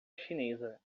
chinesa